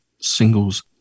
singles